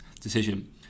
decision